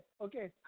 okay